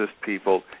people